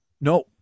no